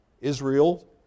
Israel